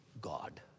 God